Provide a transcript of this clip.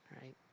right